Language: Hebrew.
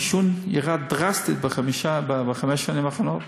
העישון ירד דרסטית בחמש השנים האחרונות,